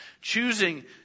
Choosing